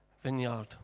vineyard